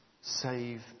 Save